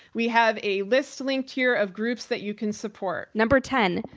we have a list linked here of groups that you can support. number ten,